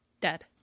Dead